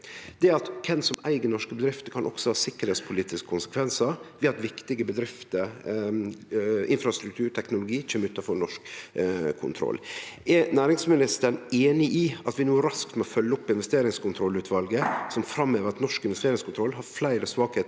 Det at kven som eig norske bedrifter, også kan ha sikkerheitspolitiske konsekvensar ved at viktige bedrifter, infrastruktur og teknologi kjem utanfor norsk kontroll. Er næringsministeren einig i at vi no raskt må følgje opp investeringskontrollutvalet, som framhevar at norsk investeringskontroll har fleire svakheiter,